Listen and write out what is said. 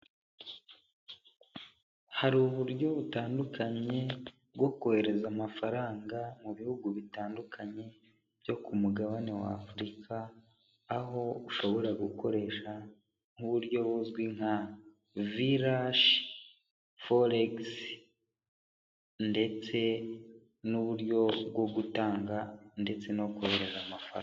Hari uburyo butandukanye bwo kohereza amafaranga mu bihugu bitandukanye byo ku mugabane wa Afurika aho ushobora gukoresha nk'uburyo buzwi nka vilashi foregisi ndetse n'uburyo bwo gutanga ndetse no kohereza amafaranga.